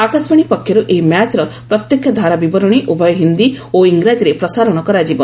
ଆକାଶବାଣୀ ପକ୍ଷରୁ ଏହି ମ୍ୟାଚ୍ର ପ୍ରତ୍ୟକ୍ଷ ଧାରାବିରଣୀ ଉଭୟ ହିନ୍ଦୀ ଓ ଇଂରାଜୀରେ ପ୍ରସାରଣ କରାଯିବ